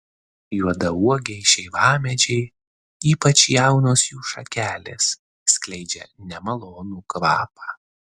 juodauogiai šeivamedžiai ypač jaunos jų šakelės skleidžia nemalonų kvapą